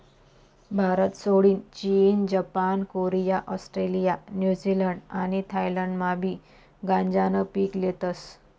भारतसोडीन चीन, Japan, Korea, Australia, New Zealand आणि थायलंडमाबी गांजानं पीक लेतस